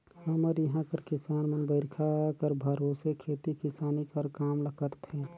हमर इहां कर किसान मन बरिखा कर भरोसे खेती किसानी कर काम ल करथे